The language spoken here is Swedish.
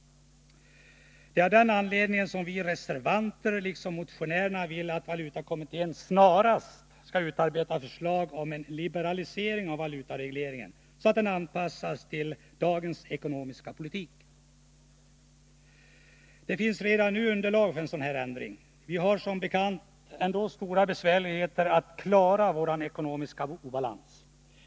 Det är av denna anledning som vi reservanter liksom motionärerna vill att valutakommittén snarast skall utarbeta förslag om en liberalisering av valutaregleringen, så att den anpassas till dagens ekonomiska politik. Det finns redan nu underlag för en sådan ändring. Vi har som bekant redan nu stora svårigheter att klara vår ekonomiska obalans.